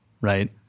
right